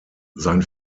sein